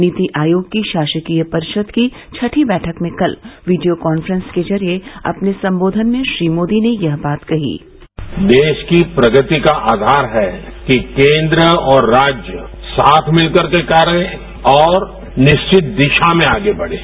नीति आयोग की शासकीय परिषद की छठी बैठक में कल वीडियो कांफ्रेंस के जरिये अपने संबोधन में श्री मोदी ने यह बात कही देश की प्रगति का आषार है कि केंद्र और राज्य साथ मिल करके कार्य करें और निश्चित दिशा में आगे बढ़े